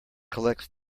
collects